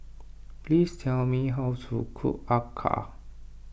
please tell me how to cook Acar